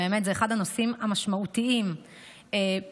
באמת, זה אחד הנושאים המשמעותיים בעולם.